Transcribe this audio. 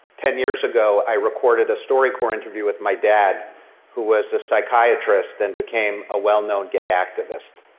ten years ago, i recorded a storycorps interview with my dad who was a psychiatrist, and became a well-known gay activist.